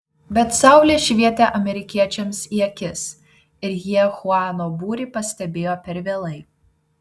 bet saulė švietė amerikiečiams į akis ir jie chuano būrį pastebėjo per vėlai